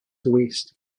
waste